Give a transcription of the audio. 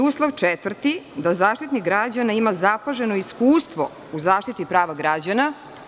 Uslov četvrti, da Zaštitnik građana ima zapaženog iskustvo u zaštiti prava građana.